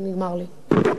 איך נגמר לי?